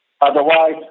Otherwise